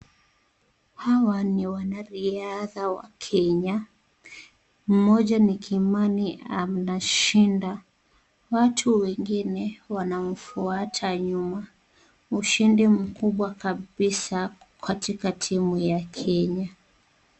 Hawa ni wanariadha wa Kenya; mmoja ni Kimani, anashinda. Watu wengine wanamfuata nyuma. Ushindi mkubwa kabisa katika timu ya Kenya.